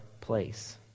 place